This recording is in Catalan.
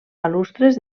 balustres